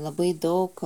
labai daug